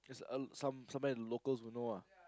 just uh some somewhere the locals don't know ah